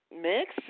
Mix